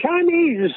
Chinese